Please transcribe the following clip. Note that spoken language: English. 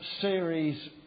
series